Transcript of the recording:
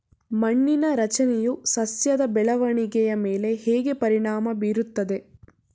ಮಣ್ಣಿನ ರಚನೆಯು ಸಸ್ಯದ ಬೆಳವಣಿಗೆಯ ಮೇಲೆ ಹೇಗೆ ಪರಿಣಾಮ ಬೀರುತ್ತದೆ?